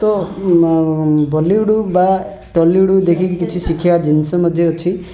ତ ବଲିଉଡ଼୍ ବା ଟଲିଉଡ଼୍କୁ ଦେଖିକି କିଛି ଶିଖିବା ଜିନିଷ ମଧ୍ୟ ଅଛି